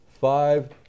Five